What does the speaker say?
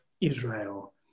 Israel